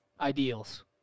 ideals